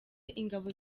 ingabo